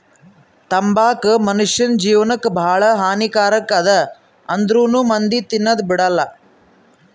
ತಂಬಾಕು ಮುನುಷ್ಯನ್ ಜೇವನಕ್ ಭಾಳ ಹಾನಿ ಕಾರಕ್ ಅದಾ ಆಂದ್ರುನೂ ಮಂದಿ ತಿನದ್ ಬಿಡಲ್ಲ